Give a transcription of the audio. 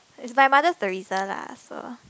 it's by Mother-Theresa lah so